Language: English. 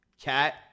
Cat